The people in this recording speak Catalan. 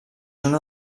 una